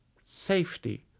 safety